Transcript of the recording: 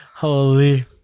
holy